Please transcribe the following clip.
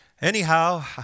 Anyhow